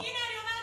הינה, אני אומרת לך.